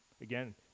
again